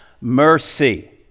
mercy